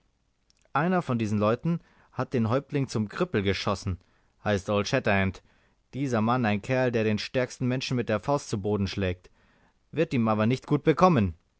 einer von diesen leuten hat den häuptling zum krüppel geschossen heißt old shatterhand dieser mann ein kerl der den stärksten menschen mit der faust zu boden schlägt wird ihm aber nicht gut bekommen